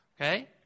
Okay